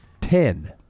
Ten